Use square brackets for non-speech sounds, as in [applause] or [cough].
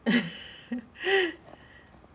[laughs]